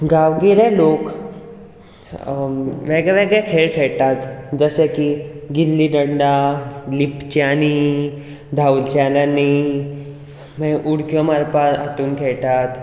गांवगिरे लोक वेगळे वेगळे खेळ खेळटात जशे की गिल्ली डंडा लिपच्यांनी धांवच्याल्यांनी मागीर उडक्यो मारपा हातूंत खेळटात